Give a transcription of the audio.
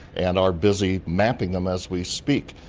and are busy mapping them as we speak.